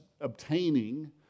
obtaining